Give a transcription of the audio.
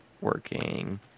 working